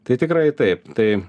tai tikrai taip tai